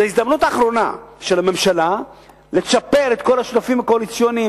זאת ההזדמנות האחרונה של הממשלה לצ'פר את כל השותפים הקואליציוניים